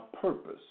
purpose